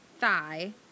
thigh